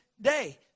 day